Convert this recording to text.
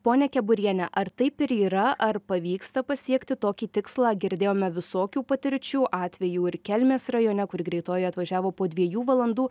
ponia keburiene ar taip ir yra ar pavyksta pasiekti tokį tikslą girdėjome visokių patirčių atvejų ir kelmės rajone kur greitoji atvažiavo po dviejų valandų